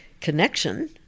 connection